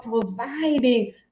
providing